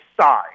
side